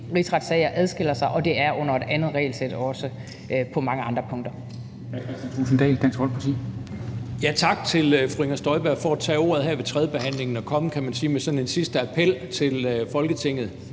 rigsretssager adskiller sig, og det er også under et andet regelsæt på mange andre punkter.